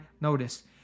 Notice